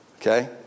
okay